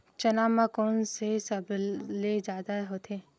चना म कोन से सबले जादा होथे?